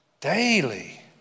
Daily